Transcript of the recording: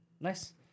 Nice